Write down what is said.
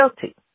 guilty